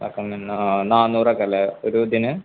ആ നാന്നൂറൊക്കെയല്ലേ ഒരു ഇതിന്